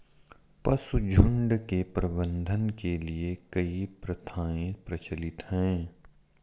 पशुझुण्ड के प्रबंधन के लिए कई प्रथाएं प्रचलित हैं